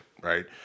Right